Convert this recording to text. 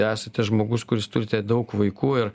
esate žmogus kuris turite daug vaikų ir